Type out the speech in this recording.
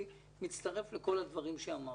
אני מצטרף לכל הדברים שאמרת.